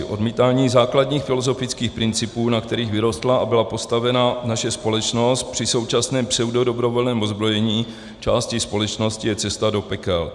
Odmítání základních filozofických principů, na kterých vyrostla a byla postavena naše společnost, při současném pseudodobrovolném ozbrojení části společnosti, je cesta do pekel.